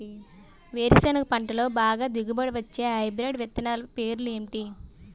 వేరుసెనగ పంటలో బాగా దిగుబడి వచ్చే హైబ్రిడ్ విత్తనాలు పేర్లు ఏంటి?